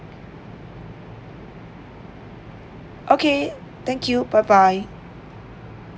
okay thank you bye bye